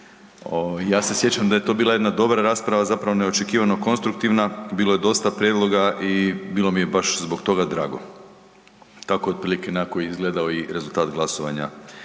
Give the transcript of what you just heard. Ja se sjećam da je to bila jedna dobra rasprava zapravo neočekivano konstruktivna, bilo je dosta prijedlog i bilo mi je baš zbog toga drago. Tako otprilike nekako je izgledao i rezultat glasovanja